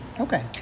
Okay